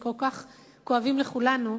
שכל כך כואבים לכולנו,